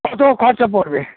কত খরচা পড়বে